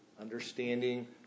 understanding